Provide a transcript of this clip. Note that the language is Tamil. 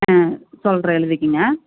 ஆ சொல்லுறேன் எழுதிக்கோங்க